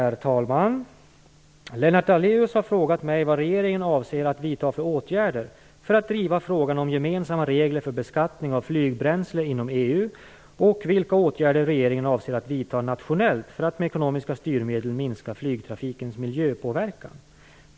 Herr talman! Lennart Daléus har frågat mig vad regeringen avser att vidta för åtgärder för att driva frågan om gemensamma regler för beskattning av flygbränsle inom EU och vilka åtgärder regeringen avser att vidta nationellt för att med ekonomiska styrmedel minska flygtrafikens miljöpåverkan.